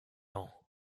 ans